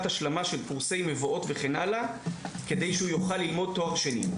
השלמה של קורסי מבואות וכן הלאה כדי שהוא יוכל ללמוד תואר שני.